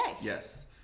Yes